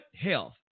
health